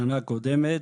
בשנה הקודמת: